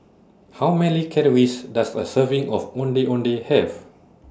How Many Calories Does A Serving of Ondeh Ondeh Have